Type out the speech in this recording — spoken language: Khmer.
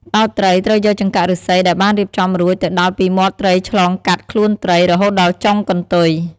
ដោតត្រី ត្រូវយកចង្កាក់ឫស្សីដែលបានរៀបចំរួចទៅដោតពីមាត់ត្រីឆ្លងកាត់ខ្លួនត្រី រហូតដល់ចុងកន្ទុយ។